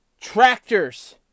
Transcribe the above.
tractors